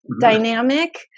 dynamic